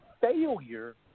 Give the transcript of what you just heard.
failure